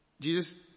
Jesus